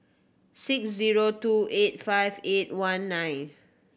six zero two eight five eight one nine